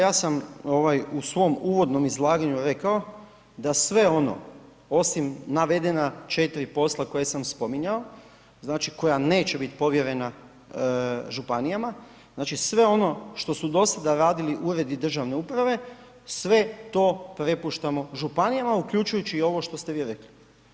Dakle, ja sam u svom uvodnom izlaganju rekao da sve ono osim navedena 4 posla koja sam spominjao, znači koje neće bit povjerena županijama, znači sve ono što su do sada radili uredi državne uprave, sve to prepuštamo županijama uključujući i ovo što ste vi rekli.